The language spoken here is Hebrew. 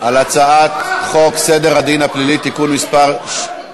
על הצעת חוק סדר הדין הפלילי (תיקון מס' לא,